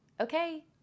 okay